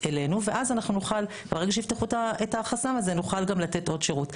אלינו ואז אנחנו נוכל ברגע שיפתחו את החסם הזה נוכל גם לתת עוד שירות.